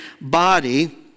body